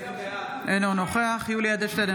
אינו נוכח יולי יואל אדלשטיין,